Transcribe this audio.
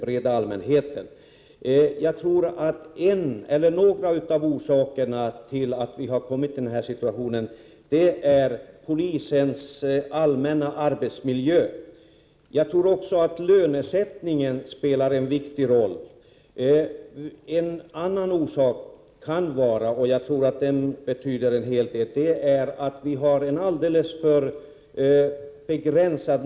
Jag tror att en av orsakerna till att vi har fått den här situationen är att söka i polisens allmänna arbetsmiljö. Även lönesättningen torde spela en viktig roll. En annan orsak, som kan betyda en hel del, är att nyrekryteringen är alldeles för begränsad.